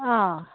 অঁ